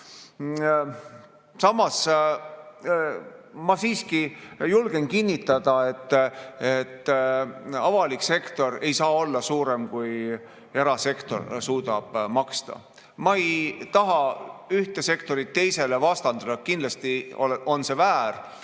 Samas ma siiski julgen kinnitada, et avalik sektor ei saa olla suurem, kui erasektor suudab maksta. Ma ei taha ühte sektorit teisele vastandada, kindlasti on see väär.